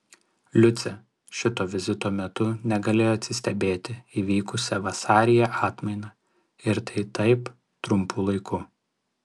liucė šito vizito metu negalėjo atsistebėti įvykusia vasaryje atmaina ir tai taip trumpu laiku